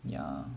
yeah